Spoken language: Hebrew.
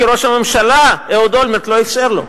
כי ראש הממשלה, אהוד אולמרט, לא אפשר לו.